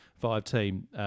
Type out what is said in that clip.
five-team